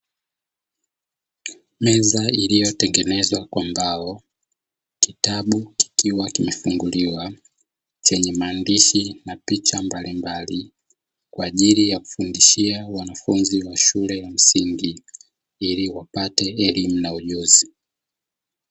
Meza iliyotengenezwa kwa mbao, kitabu kikiwa kimefunguliwa chenye maandishi na picha mbalimbali kwa ajili ya kufundishia wanafunzi wa shule ya msingi ili wapate elimu na ujuzi.